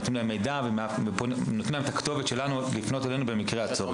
נותנים להם מידע וכתובת כדי שיוכלו לפנות אלינו במקרה הצורך.